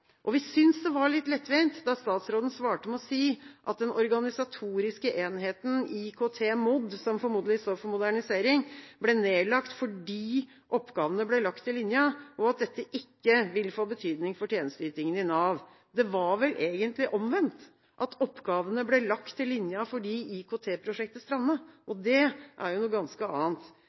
Vi synes det var litt lettvint da statsråden svarte med å si at den organisatoriske enheten IKT-MOD, som formodentlig står for modernisering, ble nedlagt fordi oppgavene ble lagt til linja, og at dette ikke ville få betydning for tjenesteytingen i Nav. Det var vel egentlig omvendt – at oppgavene ble lagt til linja fordi IKT-prosjektet strandet? Og det er jo noe ganske annet.